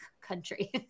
country